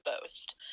boast